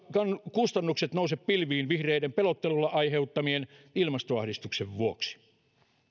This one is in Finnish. kustannukset nouse pilviin vihreiden pelottelulla aiheuttaman ilmastoahdistuksen vuoksi